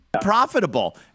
Profitable